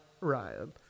Ryan